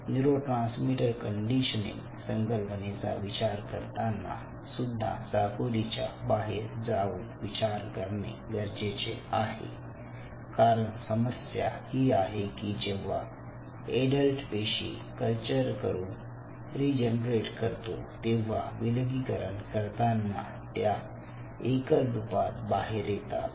neurotransmitter conditioning संकल्पनेचा विचार करताना सुद्धा चाकोरीच्या बाहेर जाऊन विचार करणे गरजेचे आहे कारण समस्या ही आहे की जेव्हा एडल्ट पेशी कल्चर करून रिजनरेट करतो तेव्हा विलगीकरण करताना त्या एकल रूपात बाहेर येतात